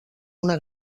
una